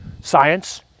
Science